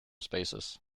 spaces